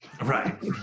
right